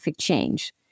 change